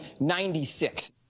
96